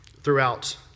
throughout